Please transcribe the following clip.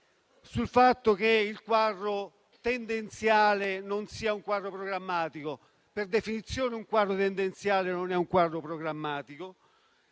sul fatto che il quadro tendenziale non sia programmatico. Per definizione, un quadro tendenziale non è un quadro programmatico.